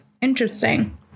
Interesting